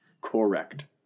Correct